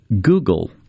Google